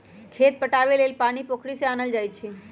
खेत पटाबे लेल पानी पोखरि से आनल जाई छै